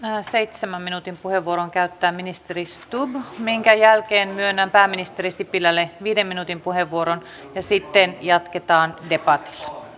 seitsemän minuutin puheenvuoron käyttää ministeri stubb minkä jälkeen myönnän pääministeri sipilälle viiden minuutin puheenvuoron ja sitten jatke taan debattia